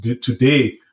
today